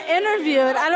interviewed